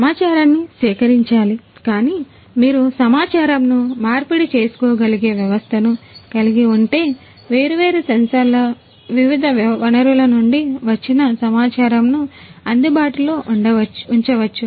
సమాచారాన్ని సేకరించాలి కానీ మీరు సమాచారమును మార్పిడి చేసుకోగలిగే వ్యవస్థను కలిగి ఉంటే వేర్వేరు సెన్సార్ల వివిధ వనరుల నుండి వచ్చిన సమాచారమును అందుబాటులో ఉంచవచ్చు